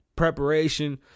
preparation